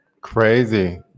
Crazy